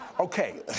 Okay